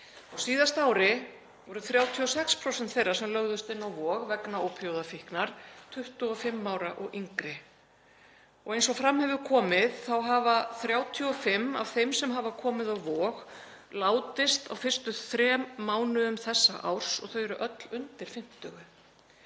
síðasta ári voru 36% þeirra sem lögðust inn á Vog vegna ópíóíðafíknar 25 ára og yngri. Eins og fram hefur komið hafa 35 af þeim sem hafa komið á Vog látist á fyrstu þrem mánuðum þessa árs og þau eru öll undir